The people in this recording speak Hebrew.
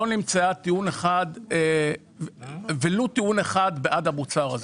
לא נמצא ולו טיעון אחד בעד המוצר הזה.